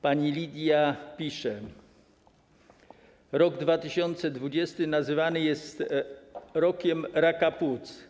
Pani Lidia pisze: Rok 2020 nazywany jest rokiem raka płuc.